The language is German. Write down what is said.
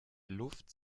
luft